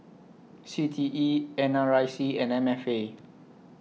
C T E N R I C and M F A